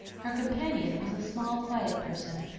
her companion was a small, quiet person,